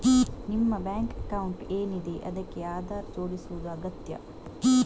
ನಿಮ್ಮ bank account ಏನಿದೆ ಅದಕ್ಕೆ ಆಧಾರ್ ಜೋಡಿಸುದು ಅಗತ್ಯ